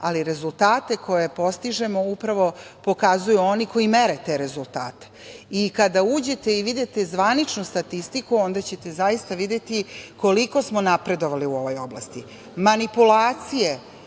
ali rezultate koje postižemo upravo pokazuju oni koji mere te rezultate. Kada uđete i vidite zvaničnu statistiku, onda ćete zaista videti koliko smo napredovali u ovoj oblasti. Manipulacije